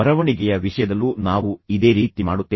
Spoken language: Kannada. ಬರವಣಿಗೆಯ ವಿಷಯದಲ್ಲೂ ನಾವು ಇದೇ ರೀತಿ ಮಾಡುತ್ತೇವೆ